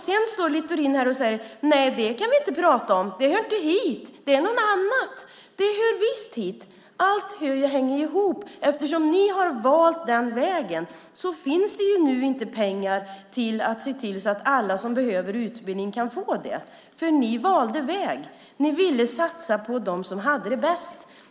Sedan säger Littorin att vi inte kan prata om det, att det inte hör hit, att det är något annat. Det hör visst hit. Allt hänger ihop. Eftersom ni valt den vägen, Sven Otto Littorin, finns nu inte pengar för att alla som behöver utbildning ska kunna få det. Ni valde väg. Ni satsade på dem som hade det bäst.